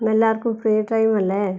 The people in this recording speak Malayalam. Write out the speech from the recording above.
ഇന്ന് എല്ലാവർക്കും ഫ്രീ ടൈമല്ലേ